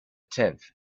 tenth